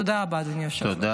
תודה רבה, אדוני היושב-ראש.